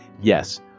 Yes